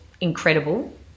incredible